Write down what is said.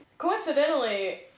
Coincidentally